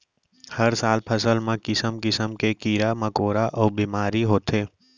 हर साल फसल म किसम किसम के कीरा मकोरा अउ बेमारी होथे